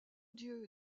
dieu